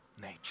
nature